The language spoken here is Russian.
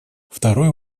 второй